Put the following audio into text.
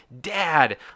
Dad